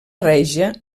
regia